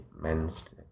men's